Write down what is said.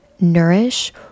nourish